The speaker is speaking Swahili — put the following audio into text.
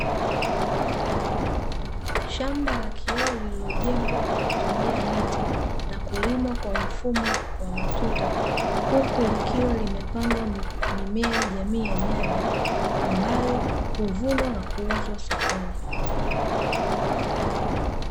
Shamba la kioo lililojengwa kwa kutumia miti na kulimwa kwa mfumo wa matuta, huku likiwa limepandwa mimea jamii ya nyanya ambayo huvunwa na kuuzwa sokoni.